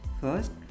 First